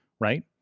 Right